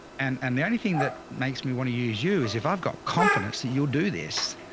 and and the only thing that makes me wanna use you is if i've got confidence that you'll do this.